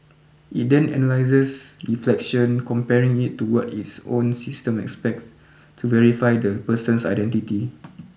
it then analyses reflection comparing it to what its own system expects to verify the person's identity